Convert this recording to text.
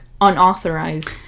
unauthorized